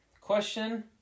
question